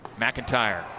McIntyre